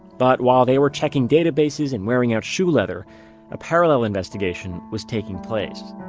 but while they were checking databases, and wearing out shoe leather a parallel investigation was taking place.